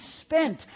spent